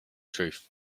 truth